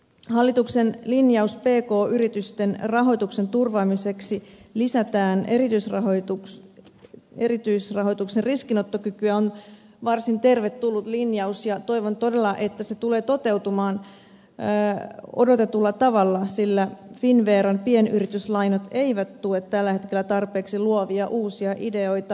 hallituksen linjaus lisätä erityisrahoituksen riskinottokykyä pk yritysten rahoituksen turvaamiseksi on varsin tervetullut linjaus ja toivon todella että se tulee toteutumaan odotetulla tavalla sillä finnveran pienyrityslainat eivät tue tällä hetkellä tarpeeksi luovia uusia ideoita